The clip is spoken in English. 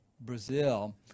Brazil